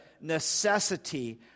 necessity